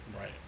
Right